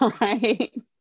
right